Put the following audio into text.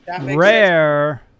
rare